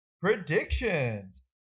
predictions